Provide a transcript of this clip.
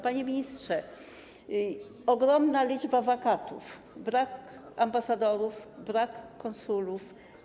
Panie ministrze, jest ogromna liczba wakatów, brakuje ambasadorów, brakuje konsulów.